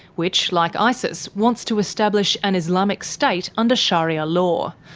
which like isis wants to establish an islamic state under sharia law,